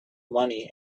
money